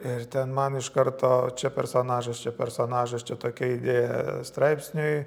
ir ten man iš karto čia personažas čia personažas čia tokia idėja straipsniui